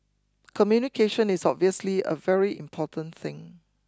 communication is obviously a very important thing